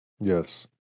Yes